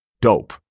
dope